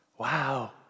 Wow